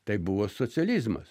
tai buvo socializmas